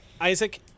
Isaac